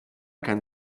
kein